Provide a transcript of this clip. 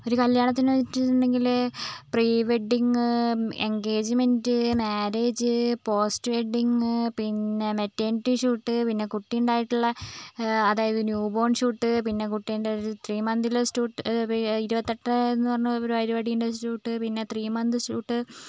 ഒരു കല്യാണത്തിന് പോയിട്ടുണ്ടെങ്കിൽ pre wedding engagement marriage post wedding പിന്നേ മെറ്റേണിറ്റി ഷൂട്ട് പിന്നേ കുട്ടിയിണ്ടായിട്ടുള്ള അതായത് ന്യൂബോൺ ഷൂട്ട് പിന്നേ കുട്ടീൻറ്റെ ഒരു ത്രീ മന്തിലെ സ്റ്റൂട് ഇരുപത്തെട്ടെന്ന് പറഞ്ഞ ഒരു പരിപാടിയുണ്ട് അതിൻറ്റെ ഷൂട്ട് പിന്നേ ത്രീ മന്ത് ഷൂട്ട്